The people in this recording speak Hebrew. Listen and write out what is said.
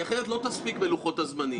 כי אחרת לא תספיק בלוחות הזמנים.